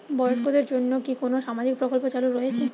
বয়স্কদের জন্য কি কোন সামাজিক প্রকল্প চালু রয়েছে?